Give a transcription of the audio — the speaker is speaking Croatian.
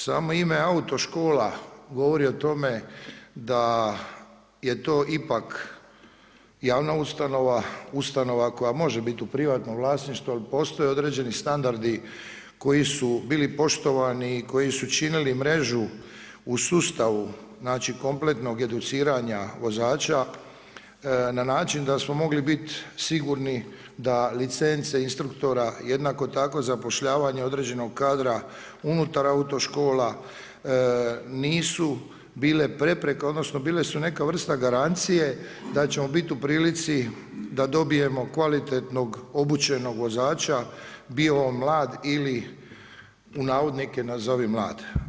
Samo ime autoškola, govori o tome, da je to ipak javna ustanova, ustanova koja može biti u privatnom vlasništvu, ali postoje standardi koji su bili poštovani i koji su činili mrežu u sustavu, kompletnog educiranja vozača, na način da smo mogli biti sigurni da licence instruktora jednako tako zapošljavanje određenog kadra unutar autoškola nisu bile prepreka, odnosno bile su neka vrsta garancije da ćemo biti u prilici da dobijemo kvalitetnog, obučenog vozača, bio on mlad ili u navodnike nazovi „mlad“